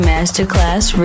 Masterclass